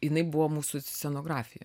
jinai buvo mūsų scenografija